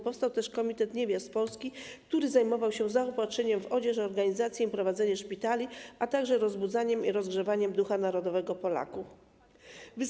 Powstał też Komitet Niewiast Polskich, który zajmował się m.in. zaopatrzeniem w odzież, organizacją i prowadzeniem szpitali, a także rozbudzaniem i rozgrzewaniem ducha narodowego Polaków.